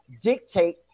dictate